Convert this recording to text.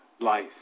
life